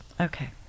Okay